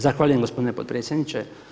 Zahvaljujem gospodine potpredsjedniče.